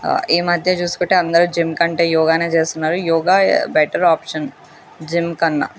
ఈమధ్య చూసుకుంటే అందరూ జిమ్ కంటే యోగానే చేస్తున్నారు యోగా బెటర్ ఆప్షన్ జిమ్ కన్నా